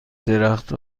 درخت